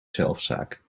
zelfzaak